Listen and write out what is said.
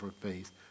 faith